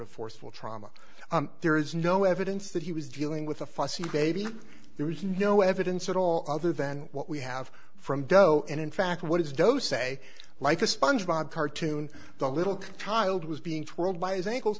of forceful trauma there is no evidence that he was dealing with a fussy baby there is no evidence at all other than what we have from doe and in fact what is doe say like a sponge bob cartoon the little child was being twirled by his ankles